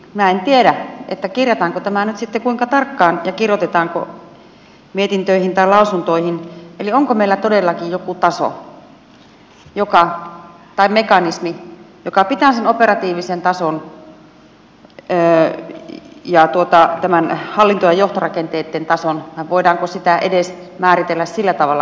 minä en tiedä kirjataanko tämä nyt sitten kuinka tarkkaan ja kirjoitetaanko mietintöihin tai lausuntoihin eli onko meillä todellakin joku taso tai mekanismi joka pitää sen operatiivisen tason ja tämän hallinto ja johtorakenteitten tason ja voidaanko sitä edes määritellä sillä tavalla